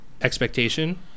expectation